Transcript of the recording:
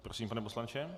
Prosím, pane poslanče.